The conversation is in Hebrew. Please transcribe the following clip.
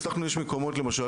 יש מקומות למשל,